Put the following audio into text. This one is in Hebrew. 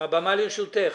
הבמה לרשותך.